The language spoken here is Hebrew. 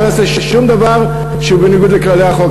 אני לא אעשה שום דבר בניגוד לכללי החוק.